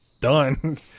done